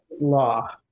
law